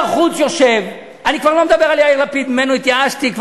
שר החוץ יושב,